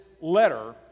letter